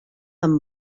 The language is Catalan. amb